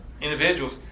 individuals